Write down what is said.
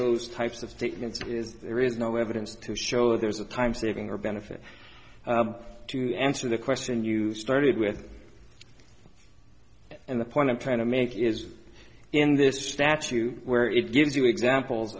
those types of statements is there is no evidence to show there's a time saving or benefit to answer the question you started with and the point i'm trying to make is in this statute where it gives you examples